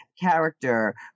Character